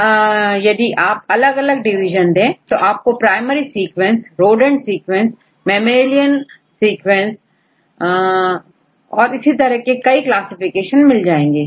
तो यदि आप अलग अलग डिवीजन दें तो आपको primary sequence rodent sequence mammalian sequence और इसी तरह के कई क्लासिफिकेशन मिल जाएंगे